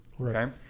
okay